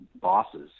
bosses